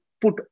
put